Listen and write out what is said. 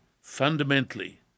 fundamentally